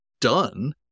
done